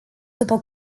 după